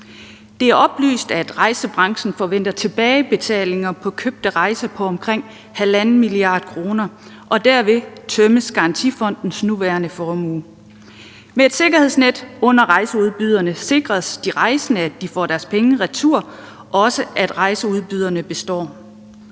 Det er oplyst, at rejsebranchen forventer tilbagebetalinger på købte rejser på omkring 1,5 mia. kr., og derved tømmes Rejsegarantifondens nuværende formue. Med et sikkerhedsnet under rejseudbyderne sikres de rejsende, at de får deres penge retur, og også at rejseudbyderne består.